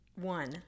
one